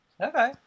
Okay